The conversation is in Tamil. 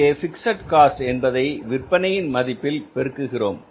அங்கேபிக்ஸட் காஸ்ட் என்பதை விற்பனையின் மதிப்பால் பெருக்குகிறோம்